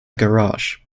garage